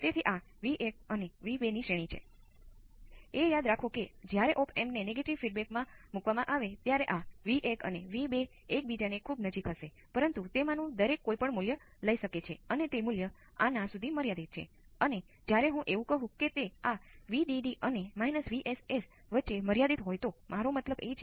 તે બીજા સમયે બદલાઈ રહ્યું હોય છે અને તે તેના જેવું હોય છે